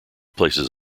places